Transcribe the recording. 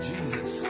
Jesus